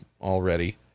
already